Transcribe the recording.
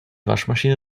waschmaschine